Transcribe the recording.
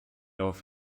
off